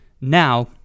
Now